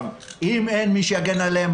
אם אין מי שמגן עליהם,